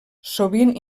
sovint